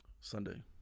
Sunday